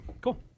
Cool